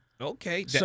Okay